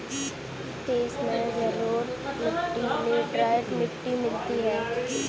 देश में जलोढ़ मिट्टी लेटराइट मिट्टी मिलती है